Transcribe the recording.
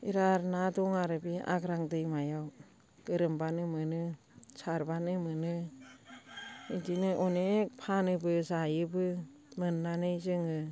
बिराद ना दं आरो बे आग्रां दैमायाव गोरोमबानो मोनो सारबानो मोनो बिदिनो अनेक फानोबो जायोबो मोननानै जोङो